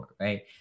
Right